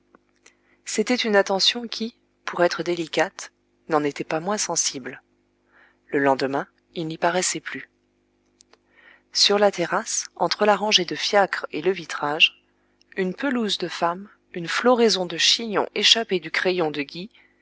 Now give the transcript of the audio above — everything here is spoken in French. c'était une attention qui pour être délicate n'en n'était pas moins sensible le lendemain il n'y paraissait plus sur la terrasse entre la rangée de fiacres et le vitrage une pelouse de femmes une floraison de chignons échappés du crayon de guys